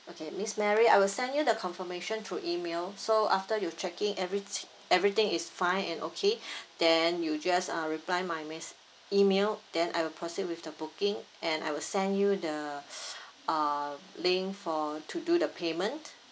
okay miss mary I will send you the confirmation through email so after you checking everyt~ everything is fine and okay then you just ah reply my mess~ email then I will proceed with the booking and I will send you the uh link for to do the payment